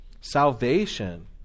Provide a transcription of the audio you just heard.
Salvation